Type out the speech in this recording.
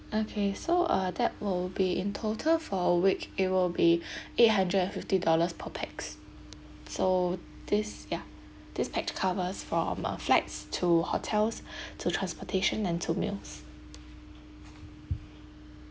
okay so uh that will be in total for a week it will be eight hundred and fifty dollars per pax so this ya this pack covers from uh flights to hotels to transportation and to meals